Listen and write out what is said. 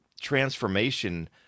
transformation